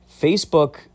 Facebook